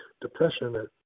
depression